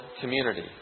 community